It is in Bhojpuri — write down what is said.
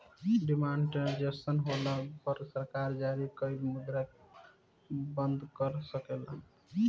डिमॉनेटाइजेशन होला पर सरकार जारी कइल मुद्रा के बंद कर सकेले